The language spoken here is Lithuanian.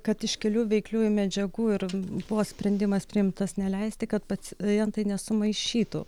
kad iš kelių veikliųjų medžiagų ir buvo sprendimas priimtas neleisti kad pacientai nesumaišytų